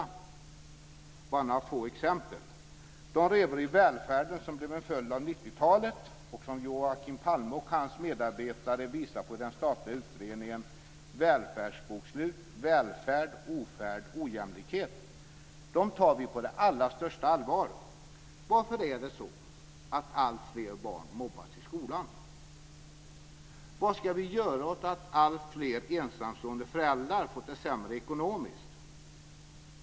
Jag ska bara ge några få exempel. De revor i välfärden som blev en följd av 90-talet och som Joakim Palme och hans medarbetare har visat på i den statliga utredningen, välfärdsbokslutet, Välfärd, ofärd och ojämlikhet tar vi på allra största allvar. Varför mobbas alltfler barn i skolan? Vad ska vi göra åt att alltfler ensamstående föräldrar har fått det sämre ekonomiskt?